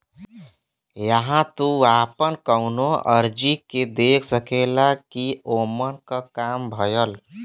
इहां तू आपन कउनो अर्जी के देख सकेला कि ओमन क काम भयल